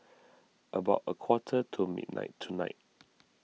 about a quarter to midnight tonight